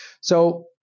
So-